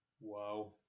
Wow